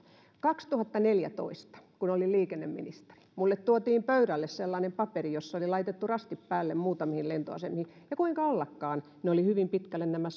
kaksituhattaneljätoista kun olin liikenneministeri minulle tuotiin pöydälle sellainen paperi jossa oli laitettu rastit päälle muutamiin lentoasemiin ja kuinka ollakaan ne olivat hyvin pitkälle nämä